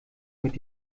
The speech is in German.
mit